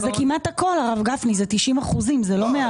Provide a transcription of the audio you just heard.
אז זה כמעט הכול, הרב גפני, זה 90%, זה לא מעט.